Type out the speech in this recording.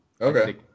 Okay